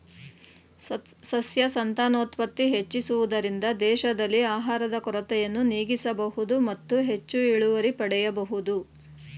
ಸಸ್ಯ ಸಂತಾನೋತ್ಪತ್ತಿ ಹೆಚ್ಚಿಸುವುದರಿಂದ ದೇಶದಲ್ಲಿ ಆಹಾರದ ಕೊರತೆಯನ್ನು ನೀಗಿಸಬೋದು ಮತ್ತು ಹೆಚ್ಚು ಇಳುವರಿ ಪಡೆಯಬೋದು